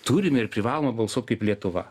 turime ir privalome balsuot kaip lietuva